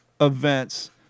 events